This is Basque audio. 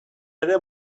ere